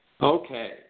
Okay